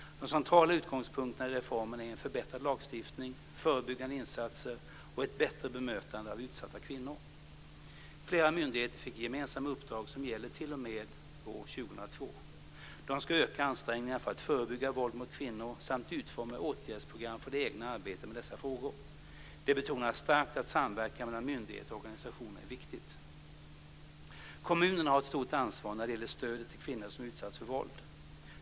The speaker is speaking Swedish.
De centrala utgångspunkterna i reformen är en förbättrad lagstiftning, förebyggande insatser och ett bättre bemötande av utsatta kvinnor. Flera myndigheter fick gemensamma uppdrag som gäller t.o.m. år 2002. De ska öka ansträngningarna för att förebygga våld mot kvinnor samt utforma åtgärdsprogram för det egna arbetet med dessa frågor. Det betonas starkt att samverkan mellan myndigheter och organisationer är viktigt. Kommunerna har ett stort ansvar när det gäller stödet till kvinnor som utsatts för våld.